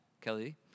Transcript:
Kelly